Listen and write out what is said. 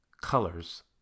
colors